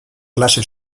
klase